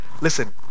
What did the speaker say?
Listen